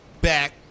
back